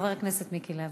חבר הכנסת מיקי לוי.